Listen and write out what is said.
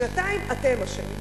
שנתיים, אתם אשמים.